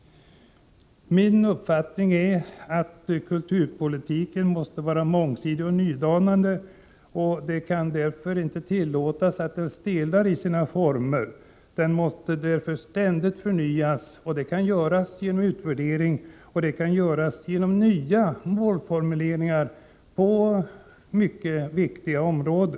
Min uppfattning är att kulturpolitiken måste vara mångsidig och nydanande. Det kan inte tillåtas att den stelnar i sina former. Den måste ständigt förnyas genom utvärderingar och genom målformuleringar på mycket viktiga områden.